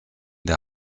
der